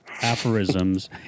aphorisms